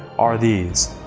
are these.